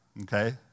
okay